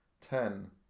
ten